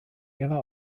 ihrer